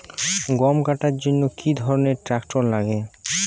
গম কাটার জন্য কি ধরনের ট্রাক্টার লাগে?